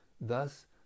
Thus